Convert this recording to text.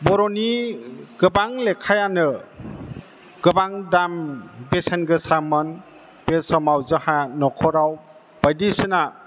बर'नि गोबां लेखायानो गोबां दाम बेसेन गोसामोन बे समाव जोंहा नखराव बायदिसिना